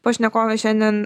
pašnekovė šiandien